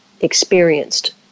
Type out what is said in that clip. experienced